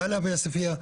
דאליה ועוספיה,